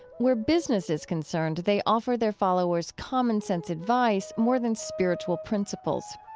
where business is concerned, they offer their followers commonsense advice more than spiritual principles.